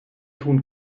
tun